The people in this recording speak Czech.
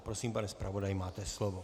Prosím, pane zpravodaji, máte slovo.